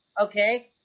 okay